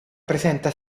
presenta